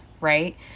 right